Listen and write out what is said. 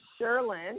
Sherland